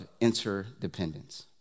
interdependence